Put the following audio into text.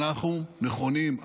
אנחנו נכונים,